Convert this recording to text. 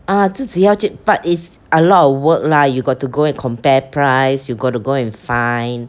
ah 自己要 check but it's a lot of work lah you got to go and compare price you got to go and find